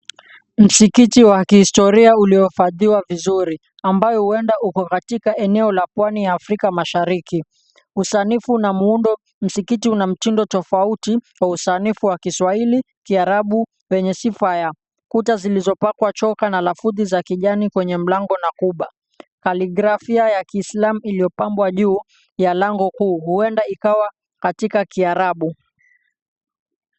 Msikiti wa kihistoria ulioifadhiwa vizuri. Ambayo huenda uko katika eneo la pwani ya Afrika Mashariki. Usanifu na muundo, msikiti una mtindo tofauti kwa usanifu wa Kiswahili, Kiarabu. Wenye sifa ya, kuta zilizopakwa choka na lafudhi za kijani kwenye mlango na kuba. Kaligrafia ya Kiislamu iliyopambwa juu ya lango kuu, huenda ikawa katika kiarabu.